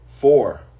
Four